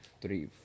three